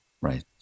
Right